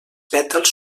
pètals